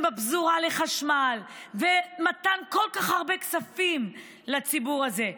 בפזורה לחשמל ומתן כל כך הרבה כספים לציבור הזה,